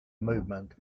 movement